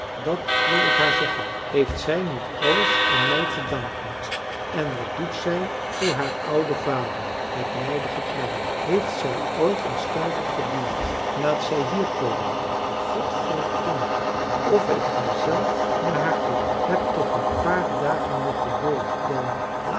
dat wil ik haar zeggen heeft zij niet alles aan mij te danken en wat doet zij voor haar ouden vader het nijdige kreng heeft zij ooit een stuiver verdiend laat zij hier komen god verdomm'me of ik ga zelf naar haar toe heb toch een paar dagen nog geduld dan laat